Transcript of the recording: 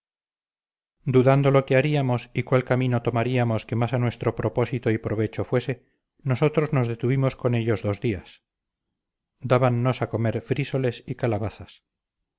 dudando lo que haríamos y cuál camino tomaríamos que más a nuestro propósito y provecho fuese nosotros nos detuvimos con ellos dos días dábannos a comer frísoles y calabazas